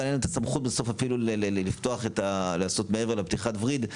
אין להם הסמכות בסוף אפילו לעשות מעבר לפתיחת וריד,